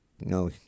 no